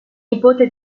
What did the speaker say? nipote